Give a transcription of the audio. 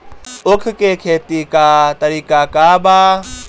उख के खेती का तरीका का बा?